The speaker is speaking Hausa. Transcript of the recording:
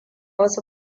wasu